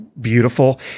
beautiful